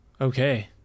okay